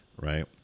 Right